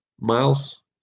miles